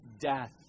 death